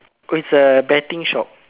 oh it's a betting shop